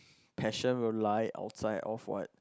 passion will like outside of what